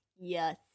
Yes